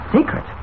Secret